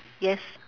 yes